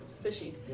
Fishy